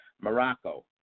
Morocco